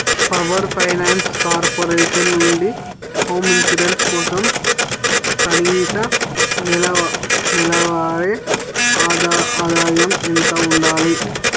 power finance corporation నుండి home insurance కోసం కనీసం నెల నెలవారి ఆదా ఆదాయం ఎంత ఉండాలి